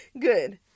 Good